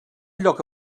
lloc